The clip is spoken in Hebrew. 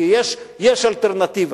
כי יש אלטרנטיבה,